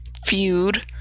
feud